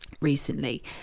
recently